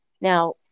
Now